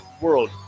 world